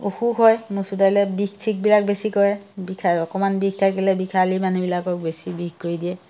অসুখ হয় মচুৰ দাইলে বিষ চিষবিলাক বেছি কৰে বিষায় অকণমান বিষ থাকিলে বিষালী মানুহবিলাকক বেছি বিষ কৰি দিয়ে